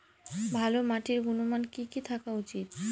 ভালো মাটির গুণমান কি কি থাকা উচিৎ?